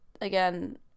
again